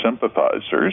sympathizers